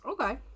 Okay